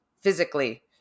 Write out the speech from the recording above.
physically